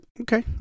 okay